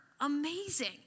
amazing